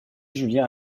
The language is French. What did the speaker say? julien